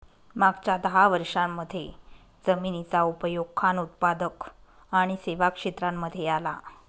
मागच्या दहा वर्षांमध्ये जमिनीचा उपयोग खान उत्पादक आणि सेवा क्षेत्रांमध्ये आला